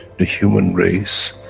the human race,